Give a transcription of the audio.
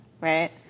right